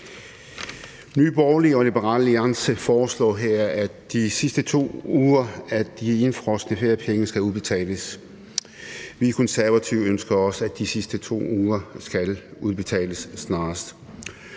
Nye Borgerlige og Liberal Alliance foreslår her, at de sidste 2 uger af de indefrosne feriepenge skal udbetales. Vi Konservative ønsker også, at de sidste 2 ugers feriepenge skal udbetales snarest.